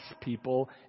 people